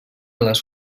les